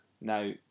Now